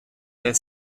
their